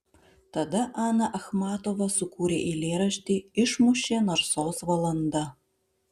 tada ana achmatova sukūrė eilėraštį išmušė narsos valanda